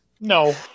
no